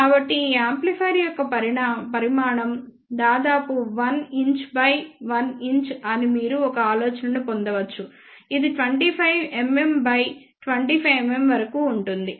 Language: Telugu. కాబట్టి ఈ యాంప్లిఫైయర్ యొక్క పరిమాణం దాదాపు 1 inch బై 1 inch అని మీరు ఒక ఆలోచనను పొందవచ్చు ఇది 25 mm బై 25 mm వరకు ఉంటుంది